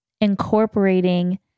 incorporating